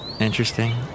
interesting